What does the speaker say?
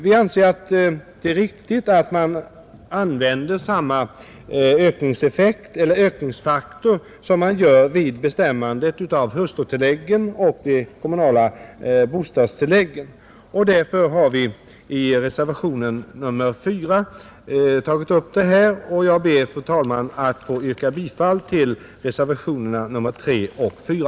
Vi anser det vara riktigt att använda samma ökningsfaktor som vid bestämmande av hustrutillägget och de kommunala bostadstilläggen, och därför har vi som sagt tagit upp den frågan i reservationen 4. Fru talman! Jag ber att få yrka bifall till reservationerna 3 och 4.